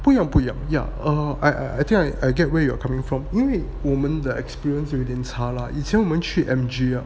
不一样不一样 yah err I I think I I get where you're coming from 因为我们的 experience 有一点差 lah 以前我们去 M_G ah